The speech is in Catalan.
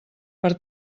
per